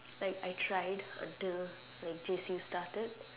like I tried like until like J_C started